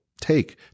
take